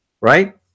right